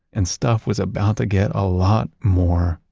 and stuff was about to get a lot more,